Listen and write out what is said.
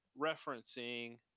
referencing